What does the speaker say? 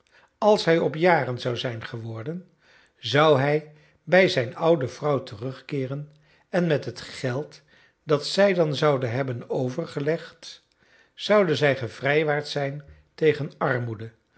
als hij op jaren zou zijn geworden zou hij bij zijn oude vrouw terugkeeren en met het geld dat zij dan zouden hebben overgelegd zouden zij gevrijwaard zijn tegen armoede